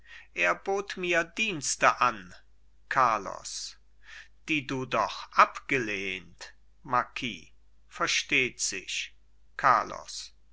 er bot mir dienste an carlos die du doch abgelehnt marquis versteht sich carlos